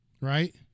right